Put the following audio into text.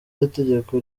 w’itegeko